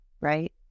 right